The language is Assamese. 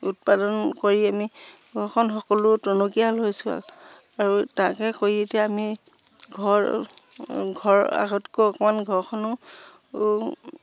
উৎপাদন কৰি আমি ঘৰখন সকলো টনকিয়াল হৈছোঁ আৰু তাকে কৰি এতিয়া আমি ঘৰ ঘৰ আগতকৈ অকণমান ঘৰখনো